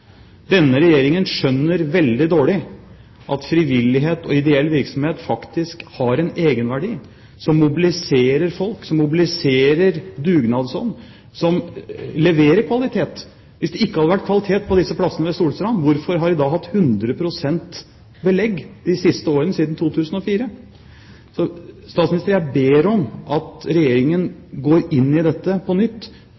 Denne regjeringen skjønner veldig dårlig at frivillighet og ideell virksomhet faktisk har en egenverdi som mobiliserer folk, som mobiliserer dugnadsånd, som leverer kvalitet. Hvis det ikke hadde vært kvalitet på disse plassene ved Solstrand, hvorfor har de da hatt 100 pst. belegg de siste årene, siden 2004? Jeg ber om at Regjeringen